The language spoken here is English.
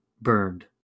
burned